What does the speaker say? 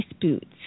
boots